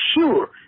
sure